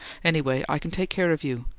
anyway, i can take care of you.